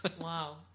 Wow